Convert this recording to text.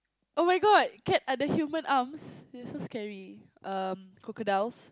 oh-my-God cat are the human arms they're so scary um crocodiles